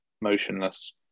motionless